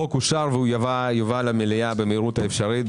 החוק אושר והוא יובא למליאה במהירות האפשרית.